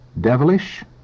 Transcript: devilish